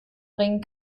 bringen